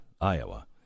Iowa